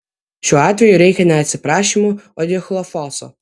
šiuo atveju reikia ne atsiprašymų o dichlofoso